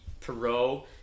Perot